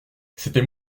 c’était